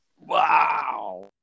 wow